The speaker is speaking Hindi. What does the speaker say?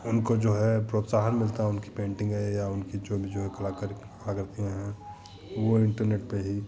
उनको जो है प्रोत्साहन मिलता है उनकी पेन्टिन्गें या उनकी जो भी जो है कलाकर्क कलाकृतियाँ हैं वो इन्टरनेट पर ही